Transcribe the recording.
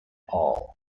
all